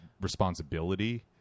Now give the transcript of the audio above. responsibility